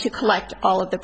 to collect all of the